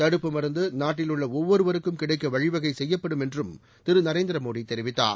தடுப்பு மருந்து நாட்டில் உள்ள ஒவ்வொருவருக்கும் கிடைக்க வழிவகை செய்யப்படும் என்றும் திரு நரேந்திரமோடி தெரிவித்தார்